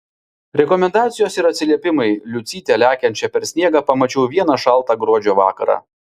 rekomendacijos ir atsiliepimai liucytę lekiančią per sniegą pamačiau vieną šaltą gruodžio vakarą